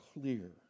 clear